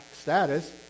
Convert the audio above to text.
status